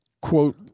quote